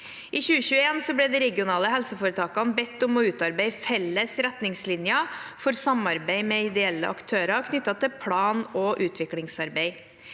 I 2021 ble de regionale helseforetakene bedt om å utarbeide felles retningslinjer for samarbeid med ideelle aktører knyttet til plan- og utviklingsarbeid.